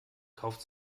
kauft